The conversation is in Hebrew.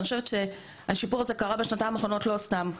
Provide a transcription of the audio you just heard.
אני חושבת שהשיפור הזה קרה בשנתיים האחרונות לא סתם.